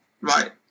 right